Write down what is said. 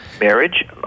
Marriage